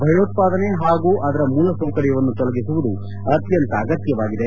ಭಯೋತ್ಪಾದನೆ ಹಾಗೂ ಅದರ ಮೂಲ ಸೌಕರ್ಯವನ್ನು ತೊಲಗಿಸುವುದು ಅತ್ಯಂತ ಅಗತ್ಯವಾಗಿದೆ